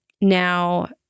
Now